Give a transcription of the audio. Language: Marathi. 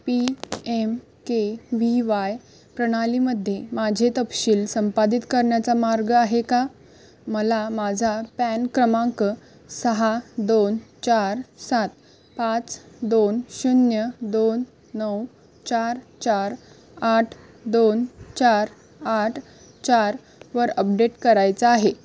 P M K V Y प्रणालीमध्ये माझे तपशील संपादित करण्याचा मार्ग आहे का मला माझा पॅन क्रमांक सहा दोन चार सात पाच दोन शून्य दोन नऊ चार चार आठ दोन चार आठ चारवर अपडेट करायचा आहे